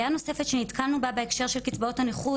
בעיה נוספת שנתקלנו בה בהקשר של קצבאות הנכות,